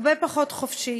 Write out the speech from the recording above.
הרבה פחות חופשית.